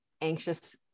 anxious